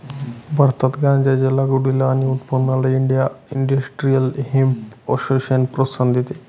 भारतात गांज्याच्या लागवडीला आणि उत्पादनाला इंडिया इंडस्ट्रियल हेम्प असोसिएशन प्रोत्साहन देते